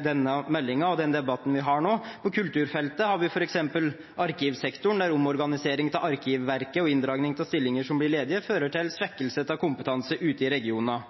denne meldingen og den debatten vi har nå. På kulturfeltet har vi f.eks. arkivsektoren, der omorganisering av Arkivverket og inndragning av stillinger som blir ledige, fører til svekkelse av kompetanse ute i regionene.